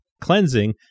cleansing